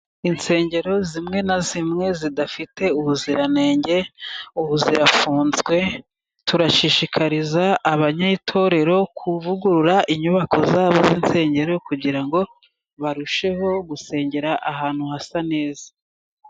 Insengero zimwe na zimwe zidafite ubuziranenge ubu zirafunzwe, turashishikariza abanyetorero kuvugurura inyubako zabo z'insengero, kugira ngo barusheho gusengera ahantu hasa neza.